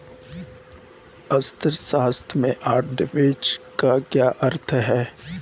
अर्थशास्त्र में आर्बिट्रेज का क्या अर्थ है?